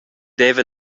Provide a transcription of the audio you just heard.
deva